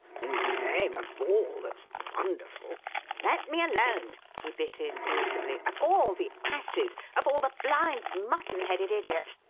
in the name of all that's wonderful let me alone! he bit in, irritably. of all the asses! of all the blind, mutton-headed idiots!